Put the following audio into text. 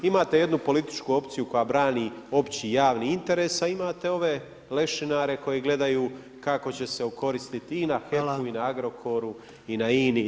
Imate jednu političku opciju koja brani opći javni interes, a imate ove lešinare koji gledaju kako će se okoristiti i na HEP-u i na Agrokoru i na INA-i itd.